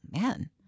man